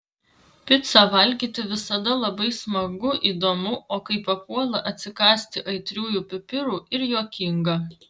picą valgyti visada labai smagu įdomu o kai papuola atsikąsti aitriųjų pipirų ir juokinga